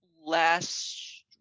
last